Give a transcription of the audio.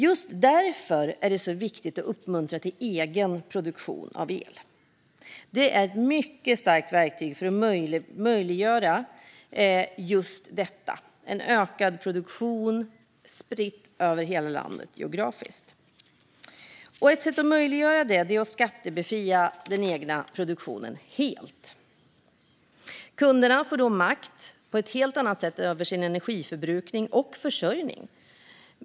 Just därför är det viktigt att uppmuntra till egenproduktion av el. Det är ett mycket starkt verktyg för att möjliggöra just detta: en ökad produktion spridd över hela landet geografiskt. Ett sätt att göra det är att skattebefria den egna produktionen helt. Kunderna får då makt på ett helt annat sätt över sin energiförbrukning och energiförsörjning.